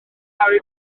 harry